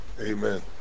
Amen